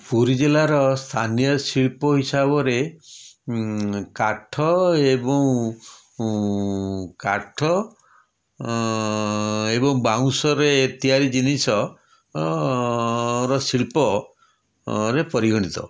ପୁରୀ ଜିଲ୍ଲାର ସ୍ଥାନୀୟ ଶିଳ୍ପ ହିସାବରେ କାଠ ଏବଂ କାଠ ଏବଂ ବାଉଁଶରେ ତିଆରି ଜିନିଷ ଶିଳ୍ପରେ ପରିଗଣିତ